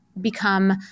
become